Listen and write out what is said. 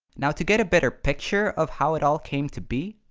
now, to get a better picture of how it all came to be,